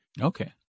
Okay